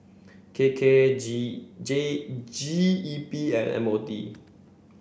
K K G J G E P and M O T